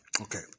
Okay